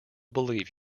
believe